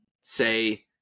say